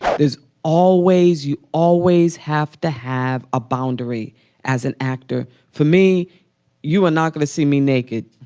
there's always, you always have to have a boundary as an actor. for me you, are not going to see me naked.